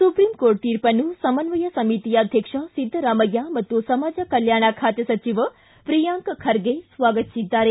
supreme court ತೀರ್ಪನ್ನು ಸಮನ್ವಯ ಸಮತಿ ಅಧ್ಯಕ್ಷ ಸಿದ್ದರಾಮಯ್ಯ ಮತ್ತು ಸಮಾಜ ಕಲ್ಕಾಣ ಖಾತೆ ಸಚಿವ ಪ್ರಿಯಾಂಕ್ ಖರ್ಗೆ ಸ್ವಾಗತಿಸಿದ್ದಾರೆ